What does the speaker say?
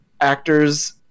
actors